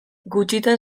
gutxitan